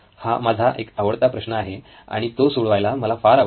हा माझा एक आवडता प्रश्न आहे आणि तो सोडवायला मला फार आवडते